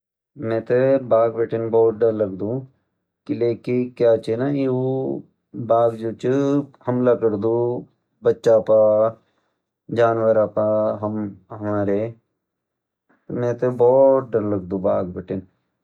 मैं ते बाघ बिटन बहुत डर लगदु किलैकि क्या जी ना बाघ जो चे हमला करदू बच्चा पर जानवरों पर हमारे मैं ते बहुत डर लगदी बाघ बिटन